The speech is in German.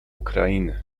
ukraine